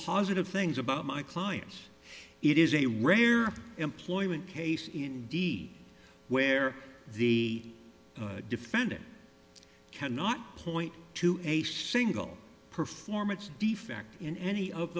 positive things about my clients it is a rare employment case indeed where the defendant cannot point to a single performance defect in any of